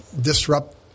disrupt